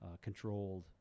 controlled